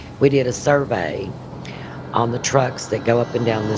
we did a survey on the trucks that go up and down this